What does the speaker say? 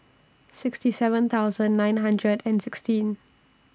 sixty seven thousand nine hundred and sixteen